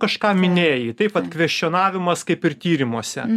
kažką minėjai taip vat kvešionavimas kaip ir tyrimuose